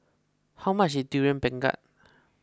how much is Durian Pengat